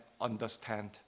understand